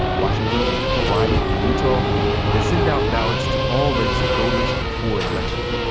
washington, hawaii, and utah that send out ballots to all registered voters before an election.